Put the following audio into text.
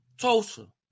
Tulsa